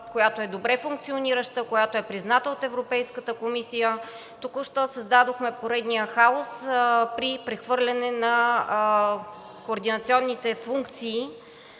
която е добре функционираща, която е призната от Европейската комисия, току-що създадохме поредния хаос при прехвърляне на координационните функции